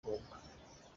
mukobwa